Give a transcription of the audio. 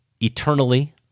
eternally